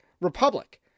Republic